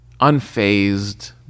unfazed